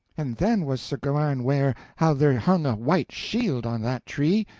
and then was sir gawaine ware how there hung a white shield on that tree,